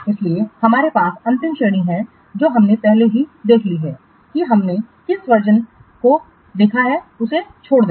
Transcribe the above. इसलिए हमारे पास अंतिम श्रेणी है जो हमने पहले ही देख लिया है कि हमने किस वर्जनसंस्करण को देखा है छोड़ें